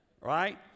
Right